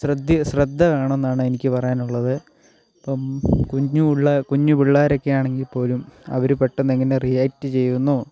ശ്രദ്ധി ശ്രദ്ധ വേണമെന്നാണ് എനിക്ക് പറയാനുള്ളത് ഇപ്പം കുഞ്ഞ് പിള്ളേർ കുഞ്ഞ് പിള്ളേരൊക്കെ ആണെങ്കിൽ പോലും അവർ പെട്ടെന്ന് എങ്ങനെ റിയാക്റ്റ് ചെയ്യുമെന്നോ